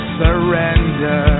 surrender